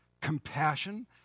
compassion